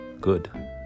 good